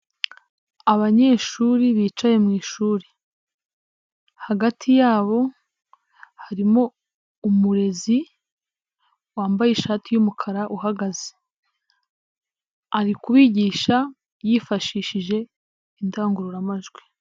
Abanyeshuri bicaye mu ishuri hagati yabo harimo umurezi wambaye ishati y'umukara uhagaze ari kubigisha yifashishije indangururamajwi.